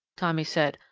tommy said.